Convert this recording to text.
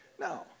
No